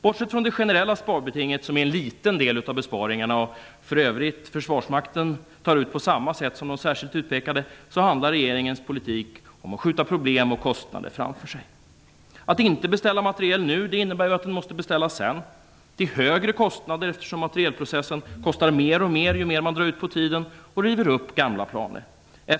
Bortsett från det generella sparbetinget, som är en liten del av besparingarna och som för övrigt tas ut av försvarsmakten på samma sätt som de särskilt utpekade, handlar regeringens politik om att skjuta problem och kostnader framför sig. Att inte beställa materiel nu innebär att den måste beställas sedan, och detta till högre kostnader, eftersom materielprocessen kostar mer och mer ju mer man drar ut på tiden och river upp gamla planer.